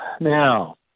Now